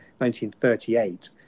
1938